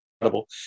incredible